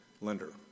lender